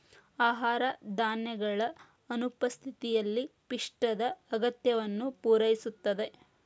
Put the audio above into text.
ಆಹಾರ ಧಾನ್ಯಗಳ ಅನುಪಸ್ಥಿತಿಯಲ್ಲಿ ಪಿಷ್ಟದ ಅಗತ್ಯವನ್ನು ಪೂರೈಸುತ್ತದೆ